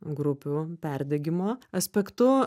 grupių perdegimo aspektu